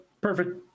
perfect